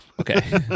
okay